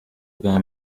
bwa